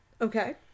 Okay